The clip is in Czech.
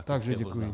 Takže děkuji.